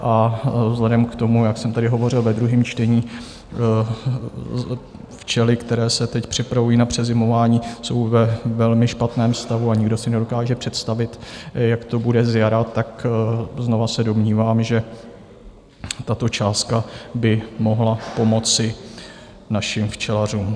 A vzhledem k tomu, jak jsem tady hovořil ve druhém čtení, včely, které se teď připravují na přezimování, jsou ve velmi špatném stavu a nikdo si nedokáže představit, jak to bude zjara, tak znovu se domnívám, že tato částka by mohla pomoci našim včelařům.